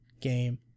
game